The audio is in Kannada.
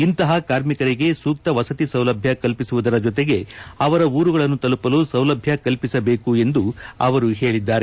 ಇಂತಹ ಕಾರ್ಮಿಕರಿಗೆ ಸೂಕ್ತ ವಸತಿ ಸೌಲಭ್ಞ ಕಲ್ಪಿಸುವ ಜತೆಗೆ ಅವರ ಊರುಗಳನ್ನು ತಲುಪಲು ಸೌಲಭ್ಞ ಕಲ್ಪಿಸಬೇಕು ಎಂದು ಹೇಳದ್ದಾರೆ